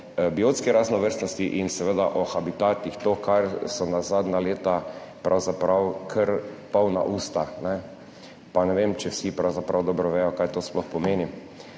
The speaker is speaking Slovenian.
biotski raznovrstnosti in seveda o habitatih, to kar so nas zadnja leta pravzaprav kar polna usta, pa ne vem, če vsi pravzaprav dobro vejo kaj to sploh pomeni.